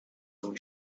own